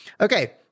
Okay